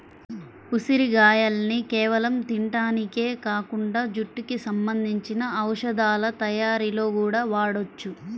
ఉసిరిగాయల్ని కేవలం తింటానికే కాకుండా జుట్టుకి సంబంధించిన ఔషధాల తయ్యారీలో గూడా వాడొచ్చు